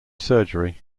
surgery